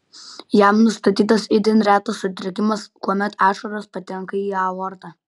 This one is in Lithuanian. jam nustatytas itin retas sutrikimas kuomet ašaros patenka į aortą